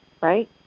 right